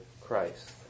Christ